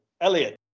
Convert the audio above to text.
Elliot